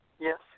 Yes